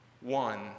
one